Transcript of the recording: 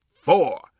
four